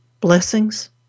blessings